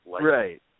Right